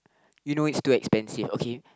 you know it's too expensive okay